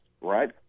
right